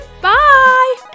bye